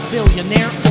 Billionaire